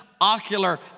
ocular